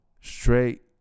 straight